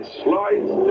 slides